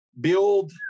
build